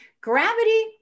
Gravity